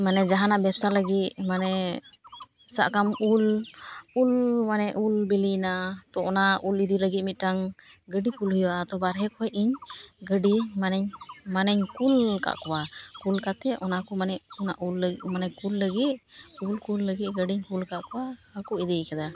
ᱢᱟᱱᱮ ᱡᱟᱦᱟᱱᱟᱜ ᱵᱮᱵᱥᱟ ᱞᱟᱹᱜᱤᱫ ᱢᱟᱱᱮ ᱥᱟᱜᱟᱢ ᱩᱞ ᱩᱞ ᱢᱟᱱᱮ ᱩᱞ ᱵᱤᱞᱤᱭᱮᱱᱟ ᱛᱚ ᱚᱱᱟ ᱩᱞ ᱤᱫᱤ ᱞᱟᱹᱜᱤᱫ ᱢᱤᱫᱴᱟᱝ ᱜᱟᱹᱰᱤ ᱠᱩᱞ ᱦᱩᱭᱩᱜᱼᱟ ᱛᱚ ᱵᱟᱨᱦᱮ ᱠᱷᱚᱡ ᱤᱧ ᱜᱟᱹᱰᱤ ᱢᱟᱱᱮ ᱢᱟᱱᱮᱧ ᱠᱩᱞ ᱟᱠᱟᱫ ᱠᱚᱣᱟ ᱠᱩᱞ ᱠᱟᱛᱮ ᱚᱱᱟ ᱠᱚ ᱢᱟᱱᱮ ᱚᱱᱟ ᱩᱞ ᱢᱟᱱᱮ ᱠᱩᱞ ᱞᱟᱹᱜᱤᱫ ᱩᱞ ᱠᱩᱞ ᱞᱟᱹᱜᱤᱫ ᱜᱟᱹᱰᱤᱧ ᱠᱩᱞ ᱠᱟᱜ ᱠᱚᱣᱟ ᱤᱫᱤᱭ ᱠᱟᱫᱟ